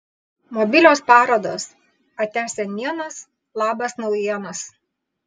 mobilios parodos atia senienos labas naujienos